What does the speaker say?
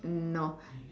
no